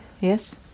Yes